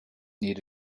need